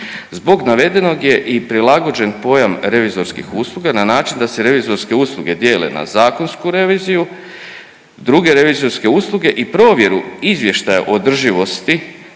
Zbog navedenog je i prilagođen pojam revizorskih usluga na način da se revizorske usluge dijele na zakonsku reviziju, druge revizorske usluge i provjeru izvještaja o održivosti